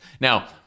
Now